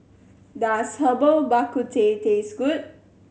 does Herbal Bak Ku Teh taste good